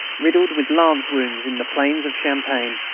riddled with lance wounds, in the plains of champagne.